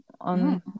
on